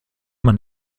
man